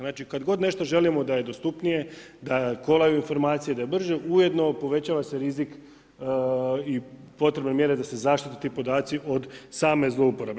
Znači, kad god nešto želimo da je dostupnije, da kolaju informacije, da je brže, ujedno povećava se rizik i potrebne mjere da se zaštite ti podaci od same zlouporabe.